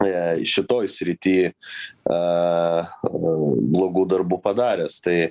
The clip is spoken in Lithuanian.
a šitoj srity a blogų darbų padaręs tai